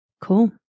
Cool